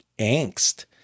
angst